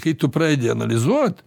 kai tu pradedi analizuot